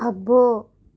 అబ్బో